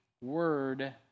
word